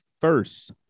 first